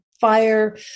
fire